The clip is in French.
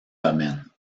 domaine